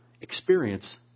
experience